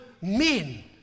men